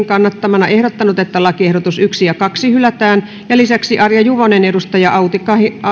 kannattamana ehdottanut että ensimmäinen ja toinen lakiehdotus hylätään arja juvonen on outi